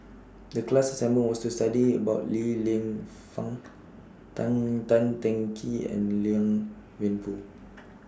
The class assignment was to study about Li Lienfung Tan Tan Teng Kee and Liang Wenfu